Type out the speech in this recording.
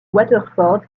waterford